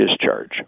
discharge